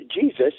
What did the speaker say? Jesus